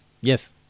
Yes